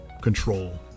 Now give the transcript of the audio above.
Control